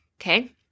okay